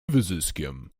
wyzyskiem